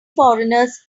foreigners